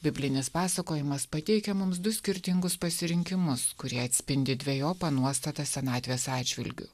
biblinis pasakojimas pateikia mums du skirtingus pasirinkimus kurie atspindi dvejopą nuostatą senatvės atžvilgiu